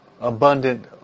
abundant